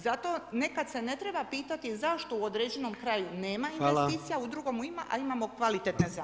Zato nekad se ne treba pitati zašto u određenom kraju nema investicija u drugom ima, a imamo kvalitetne zakone.